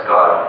God